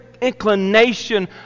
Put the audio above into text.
inclination